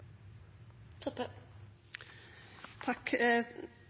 Toppe